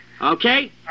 Okay